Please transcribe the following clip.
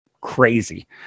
crazy